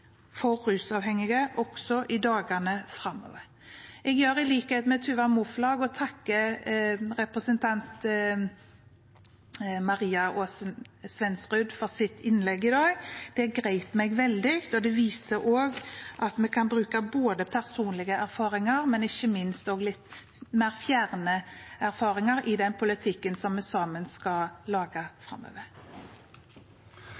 for en god politikk for rusavhengige også i dagene framover. Jeg vil i likhet med Tuva Moflag takke representanten Maria Aasen-Svensrud for hennes innlegg i dag. Det grep meg veldig, og det viser at man kan bruke både personlige erfaringer og ikke minst også litt mer fjerne erfaringer i den politikken vi sammen skal lage